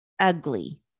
ugly